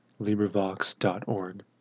LibriVox.org